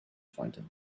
fountain